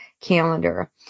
calendar